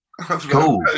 Cool